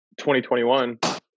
2021